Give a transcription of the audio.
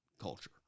culture